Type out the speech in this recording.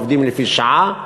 עובדים לפי שעה,